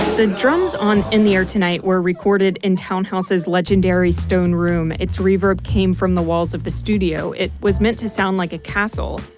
the drums on in the air tonight were recorded in townhouse's legendary stone room its reverb came from the walls of the studio. it was meant to sound like a castle.